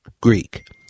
Greek